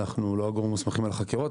אנחנו לא הגורמים המוסכמים על החקירות,